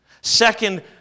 Second